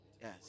Yes